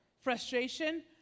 frustration